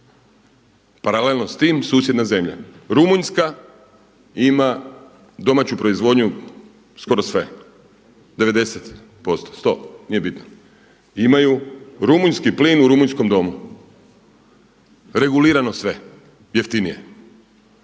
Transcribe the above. paralelno s tim susjedna zemlja. Rumunjska ima domaću proizvodnju skoro sve 90, 100% nije bitno imaju rumunjski plin u rumunjskom domu, regulirano sve jeftinije.